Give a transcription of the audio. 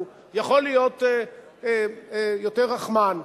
הוא יכול להיות יותר רחמן,